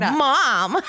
mom